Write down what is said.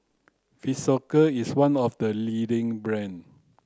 Physiogel is one of the leading brand